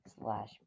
slash